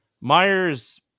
Myers